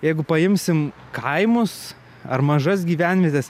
jeigu paimsim kaimus ar mažas gyvenvietes